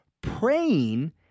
Praying